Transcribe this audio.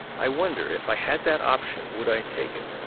i wonder, if i had that option, would i take it?